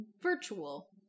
virtual